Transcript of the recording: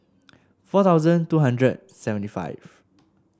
four thousand two hundred seventy five